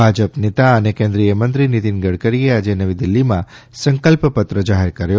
ભાજપ નેતા અને કેન્દ્રીય મંત્રી શ્રી નીતીન ગડકરીએ આજે નવી દિલ્હીમાં સંકલ્પપત્ર જાહેર કર્યો